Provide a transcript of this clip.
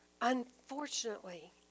Unfortunately